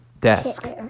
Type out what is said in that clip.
desk